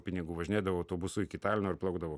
pinigų važinėdavau autobusu iki talino ir plaukdavau